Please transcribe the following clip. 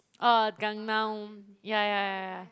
oh Gangnam ya ya ya ya